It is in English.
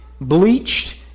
bleached